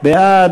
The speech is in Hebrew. מי בעד?